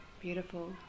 beautiful